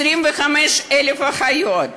25,000 אחיות,